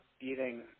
eating –